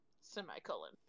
semicolon